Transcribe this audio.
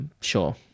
sure